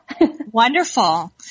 Wonderful